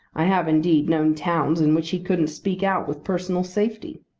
i have, indeed, known towns in which he couldn't speak out with personal safety.